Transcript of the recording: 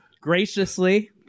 Graciously